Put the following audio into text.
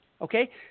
okay